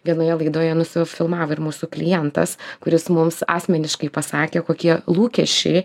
vienoje laidoje nusifilmavo ir mūsų klientas kuris mums asmeniškai pasakė kokie lūkesčiai